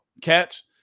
catch